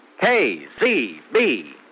KCB